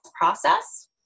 process